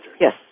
Yes